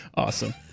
Awesome